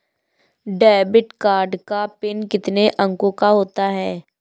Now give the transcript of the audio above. Debit card का pin कितने अंकों का होता है?